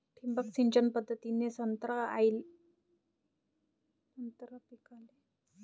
ठिबक सिंचन पद्धतीने संत्रा पिकाले पाणी देणे शक्य हाये का?